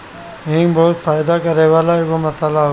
हिंग बहुते फायदा करेवाला एगो मसाला हवे